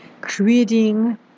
Creating